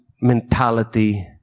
mentality